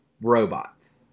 robots